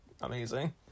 amazing